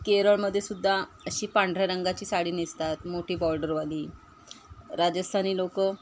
केरळमध्ये सुद्धा अशी पांढऱ्या रंगाची साडी नेसतात मोठी बॉर्डरवाली राजस्थानी लोक